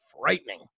frightening